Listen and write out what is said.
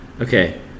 Okay